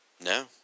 No